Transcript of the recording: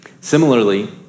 Similarly